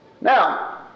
Now